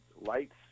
lights